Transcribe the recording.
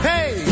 Hey